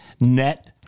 net